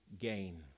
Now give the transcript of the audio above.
gain